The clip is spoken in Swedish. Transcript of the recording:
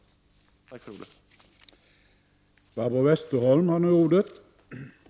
Tack för ordet.